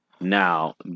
now